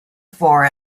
for